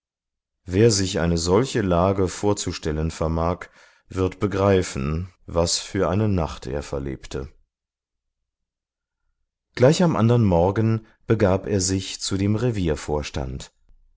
wer sich eine solche lage vorzustellen vermag wird begreifen was für eine nacht er verlebte gleich am andern morgen begab er sich zu dem reviervorstand